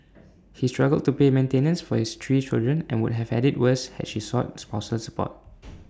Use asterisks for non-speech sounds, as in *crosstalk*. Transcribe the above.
he struggled to pay maintenance for his three children and would have had IT worse had she sought spousal support *noise*